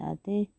ସାତ